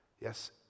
yes